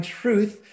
truth